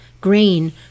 grain